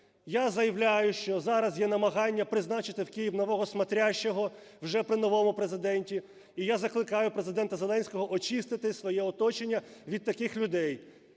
Я заявляю, що зараз є намагання призначити в Київ нового смотрящего вже при новому Президенті. І я закликаю Президента Зеленського очистити своє оточення від таких людей.